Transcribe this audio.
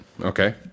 okay